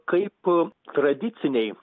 kaip tradiciniai